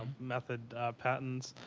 method patents.